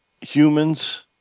humans